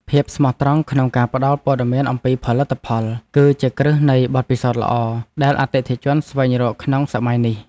ភាពស្មោះត្រង់ក្នុងការផ្ដល់ព័ត៌មានអំពីផលិតផល គឺជាគ្រឹះនៃបទពិសោធន៍ល្អដែលអតិថិជនស្វែងរកក្នុងសម័យនេះ។